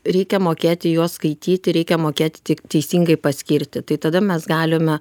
reikia mokėti juos skaityti reikia mokėti ti teisingai paskirti tai tada mes galime